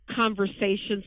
conversations